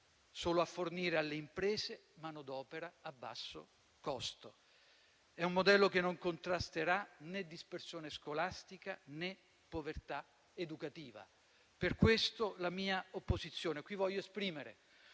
solo a fornire alle imprese manodopera a basso costo. È un modello che non contrasterà né dispersione scolastica, né povertà educativa. Per questo, la mia opposizione. Qui voglio esprimere